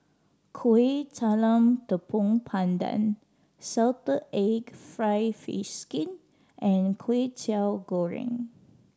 Kueh Talam Tepong Pandan salted egg fried fish skin and Kwetiau Goreng